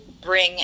bring